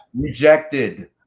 Rejected